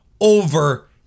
over